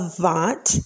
Avant